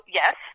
yes